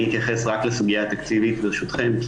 אני אתייחס רק לסוגיה התקציבית ברשותכם כי